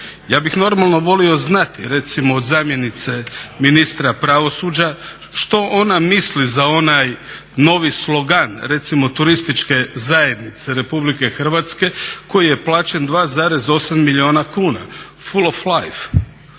Ja bih normalno volio znati recimo od zamjenice ministra pravosuđa što ona misli za onaj novi slogan recimo Turističke zajednice RH koji je plaćen 2,8 milijuna kuna Full of life